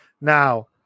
Now